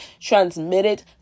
transmitted